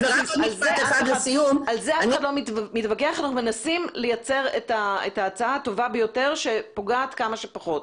אנחנו מנסים לייצר את ההצעה הטובה ביותר שפוגעת כמה שפחות.